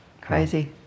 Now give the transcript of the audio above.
Crazy